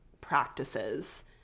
practices